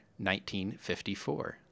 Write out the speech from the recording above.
1954